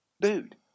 dude